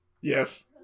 Yes